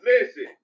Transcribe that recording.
listen